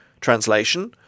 Translation